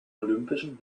olympischen